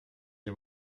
dem